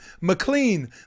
McLean